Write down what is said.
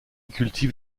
cultive